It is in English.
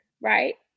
right